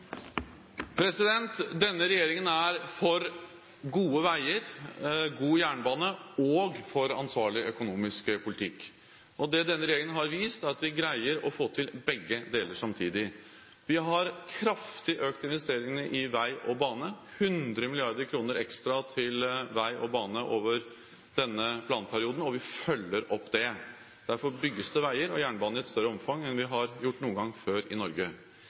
Denne regjeringen er for gode veier, god jernbane og for ansvarlig økonomisk politikk. Denne regjeringen har vist at vi greier å få til begge deler samtidig. Vi har økt investeringene kraftig i vei og bane – 100 mrd. kr ekstra til vei og bane over denne planperioden – og vi følger opp det. Derfor bygges det veier og jernbane i et større omfang enn det har blitt gjort noen gang før i Norge.